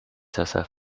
herself